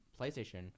PlayStation